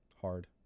Hard